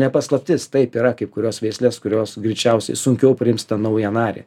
ne paslaptis taip yra kaip kurios veislės kurios greičiausiai sunkiau priims tą naują narį